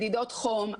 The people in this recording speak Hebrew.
מדידות חום,